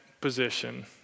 position